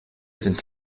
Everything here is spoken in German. sind